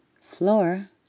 floor